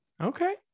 Okay